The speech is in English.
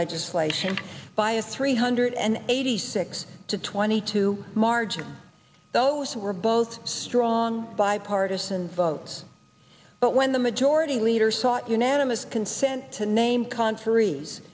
legislation by a three hundred and eighty six to twenty two margin those were both strong bipartisan votes but when the majority leader sought unanimous consent to name co